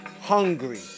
hungry